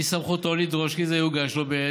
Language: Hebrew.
מסמכותו לדרוש כי זה יוגש לו.